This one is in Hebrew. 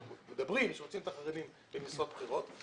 אומרים שרוצים את החרדים במשרות בכירות,